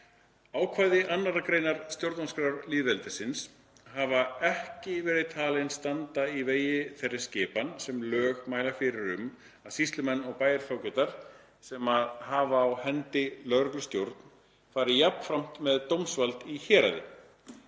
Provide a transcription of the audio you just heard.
„Ákvæði 2. greinar stjórnarskrár lýðveldisins ... hafa ekki verið talin standa í vegi þeirri skipan, sem lög mæla fyrir um, að sýslumenn og bæjarfógetar, sem hafa á hendi lögreglustjórn, fari jafnframt með dómsvald í héraði